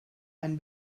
ein